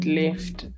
left